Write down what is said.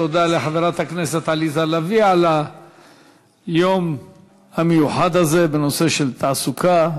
תודה לחברת הכנסת עליזה לביא על היום המיוחד הזה בנושא של תעסוקה,